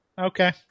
Okay